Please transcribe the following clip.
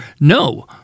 no